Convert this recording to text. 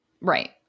Right